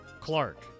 Clark